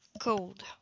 cold